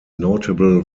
notable